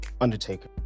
Undertaker